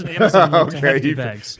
Okay